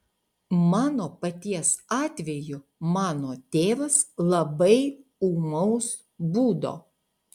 mano paties atveju mano tėvas labai ūmaus būdo